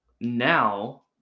Now